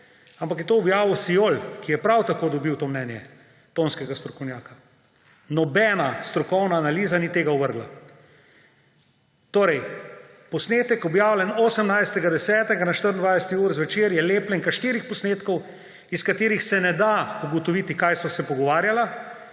ampak je to objavil Siol, ki je prav tako dobil to mnenje tonskega strokovnjaka. Nobena strokovna analiza ni tega ovrgla. Torej, posnetek, objavljen 18. 10. na 24UR ZVEČER, je lepljenka štirih posnetkov, iz katerih se ne da ugotoviti, kaj sva se pogovarjala,